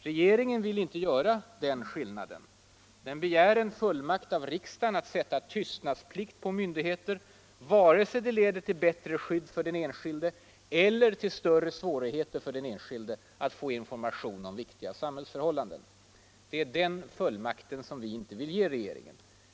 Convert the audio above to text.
Regeringen vill inte göra den skillnaden utan begär en fullmakt av riksdagen att få sätta tystnadsplikt på myndigheter, vare sig det leder till bättre skydd för den enskilde eller till större svårigheter för den enskilde att få information om viktiga samhällsförhållanden. En sådan fullmakt vill vi inte ge regeringen.